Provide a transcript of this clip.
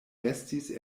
restis